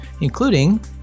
including